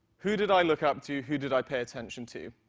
who did i look up to, who did i pay attention to?